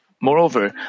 Moreover